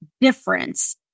difference